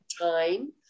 time